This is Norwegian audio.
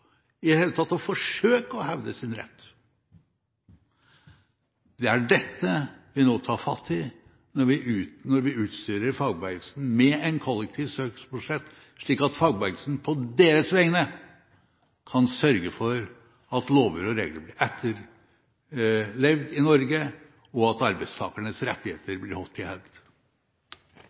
i det hele tatt å forsøke å hevde sin rett. Det er dette vi nå tar fatt i når vi utstyrer fagbevegelsen med en kollektiv søksmålsrett, slik at fagbevegelsen på deres vegne kan sørge for at lover og regler blir etterlevd i Norge, og at arbeidstakernes rettigheter blir holdt i